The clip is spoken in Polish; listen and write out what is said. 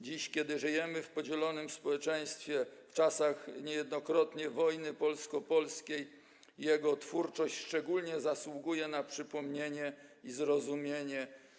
Dziś, kiedy żyjemy w podzielonym społeczeństwie, w czasach niejednokrotnie wojny polsko-polskiej, jego twórczość szczególnie zasługuje na przypomnienie i zrozumienie.